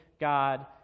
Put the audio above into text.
God